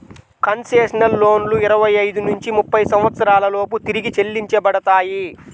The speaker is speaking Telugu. కన్సెషనల్ లోన్లు ఇరవై ఐదు నుంచి ముప్పై సంవత్సరాల లోపు తిరిగి చెల్లించబడతాయి